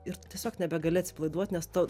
ir tu tiesiog nebegali atsipalaiduot nes tu